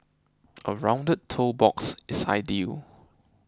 a rounded toe box is ideal